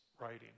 writing